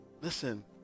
listen